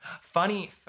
Funny